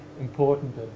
important